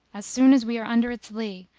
as soon as we are under its lea,